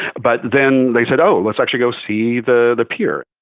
but then they said, oh, let's actually go see the the pier.